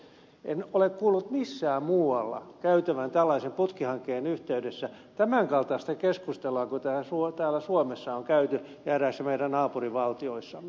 en ole kuullut missään muualla käytävän tällaisen putkihankkeen yhteydessä tämän kaltaista keskustelua kuin täällä suomessa on käyty ja eräissä meidän naapurivaltioissamme